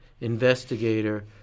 investigator